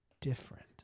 different